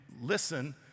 listen